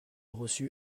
reçu